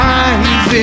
eyes